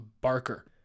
Barker